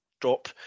drop